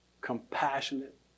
compassionate